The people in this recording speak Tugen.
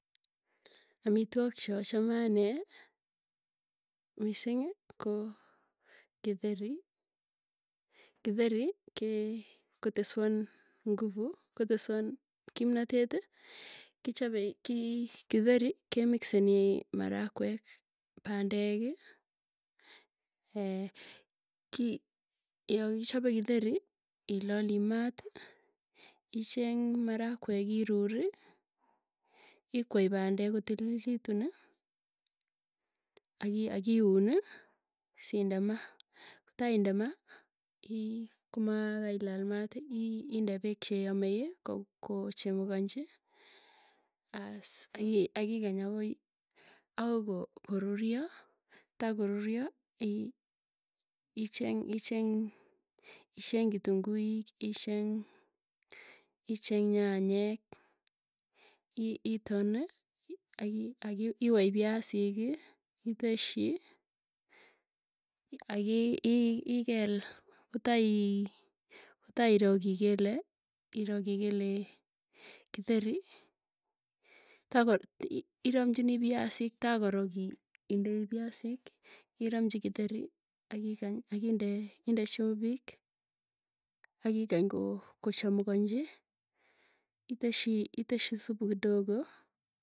Amitwok cho chame anee, misiing ko githeri. Githeri kee koteswon nguvu, koteswon kimnateti, kichapei kiiy githeri ke mixenseni marakwek, pandek ki yakichape githeri ilali maati, icheng marakwek iruri, ikwei pandek kotililituni, aki akiuni, siinde maa. kotai inde maa ii komaa, kailaal maat inde peek cheyamei. Koo chemukanchi aas akikany akoi akoi ko koruryo, taikoruryo ii cheng i cheng i cheng kitunguik, isheng icheng nyanyek, i itoni aki akiwai iwai piasiki akiteschi. Akii ikel kotai iroo kiikele iroo kikelee githeri tako iramchinii piasik takoroki indei piasik iramchi kitheri akikany, akikany akinde inde chumvik. Akikany koo kochamukanchi iteschii iteschii supu kidogo.